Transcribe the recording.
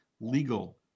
legal